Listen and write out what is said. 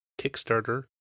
Kickstarter